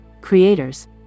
creators